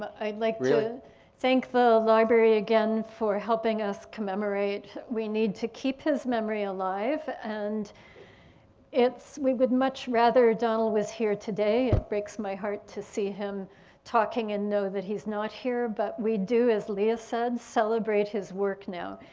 but i'd like to thank the library again for helping us commemorate. we need to keep his memory alive and it's we would much rather donald was here today. breaks my heart to see him talking and know that he's not here but we do as lea said celebrate his work now.